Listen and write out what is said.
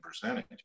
percentage